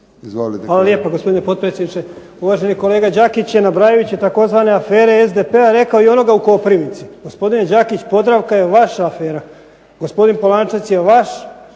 Hvala lijepo gospodine potpredsjedniče. Uvaženi kolega Đakić je nabrajajući tzv. afere SDP-a rekao i onoga u Koprivnici. Gospodine Đakić Podravka je vaša afera. Gospodin Polančec je vaš,